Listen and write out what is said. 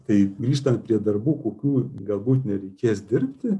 tai grįžtant prie darbų kokių galbūt nereikės dirbti